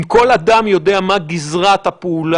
אם כל אדם יודע מה גזרת הפעולה,